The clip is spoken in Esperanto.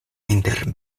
inter